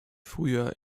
frühjahr